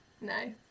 no